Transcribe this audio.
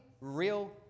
real